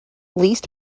least